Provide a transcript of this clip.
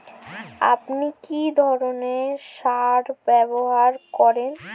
আপনি কী ধরনের সার ব্যবহার করেন?